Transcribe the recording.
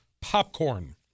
popcorn